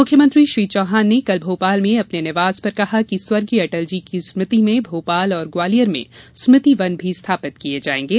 मुख्यमंत्री श्री चौहान ने कल भोपाल में अपने निवास पर कहा कि स्वर्गीय अटल जी की स्मृति में भोपाल और ग्वालियर में स्मृति वन भी स्थापित किये जायेंगे